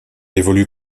évolue